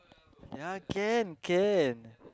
ya can can